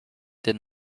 did